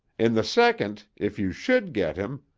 in the second, if you should get him,